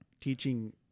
teaching